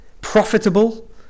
profitable